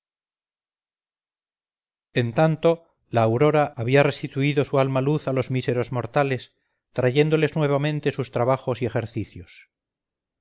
en tanto la aurora había restituido su alma luz a los míseros mortales trayéndoles nuevamente sus trabajos y ejercicios